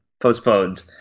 postponed